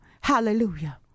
Hallelujah